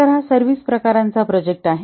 तर हा सर्विस प्रकारांचा प्रोजेक्ट आहे